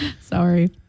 Sorry